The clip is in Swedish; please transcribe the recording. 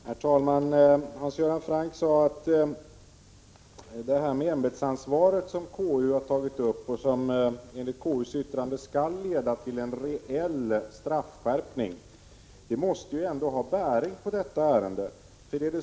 Herr talman! Hans Göran Franck sade att detta med ämbetsansvar, som enligt KU:s yttrande skall leda till en reell straffskärpning, måste ha bäring på detta ärende.